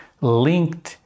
linked